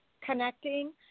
connecting